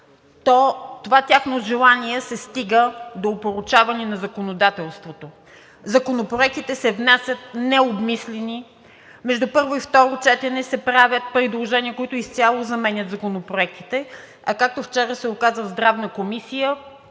това тяхно желание се стига до опорочаване на законодателството. Законопроектите се внасят необмислени, между първо и второ четене се правят предложения, които изцяло заменят законопроектите, а както вчера се оказа в Здравната комисия,